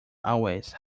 always